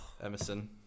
Emerson